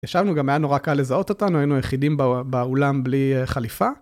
ישבנו גם, היה נורא קל לזהות אותנו, היינו היחידים באולם בלי חליפה.